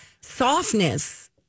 softness